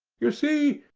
you see,